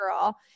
girl